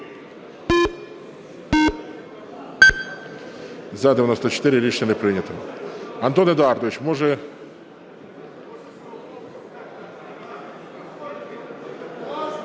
За-94 Рішення не прийнято. Антон Едуардович, може...